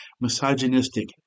misogynistic